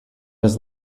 his